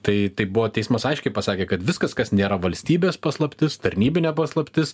tai tai buvo teismas aiškiai pasakė kad viskas kas nėra valstybės paslaptis tarnybinė paslaptis